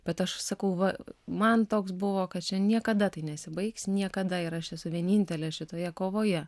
bet aš sakau va man toks buvo kad čia niekada tai nesibaigs niekada ir aš esu vienintelė šitoje kovoje